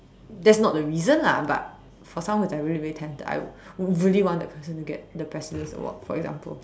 that's not the reason lah but for someone who's like really really talented I would would really want the person to get the president's award for example